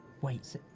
wait